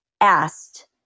asked